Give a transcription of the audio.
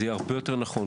זה יהיה הרבה יותר נכון,